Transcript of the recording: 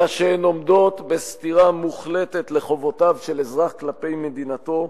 אלא שהן עומדות בסתירה מוחלטת לחובותיו של אזרח כלפי מדינתו,